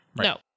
No